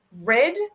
red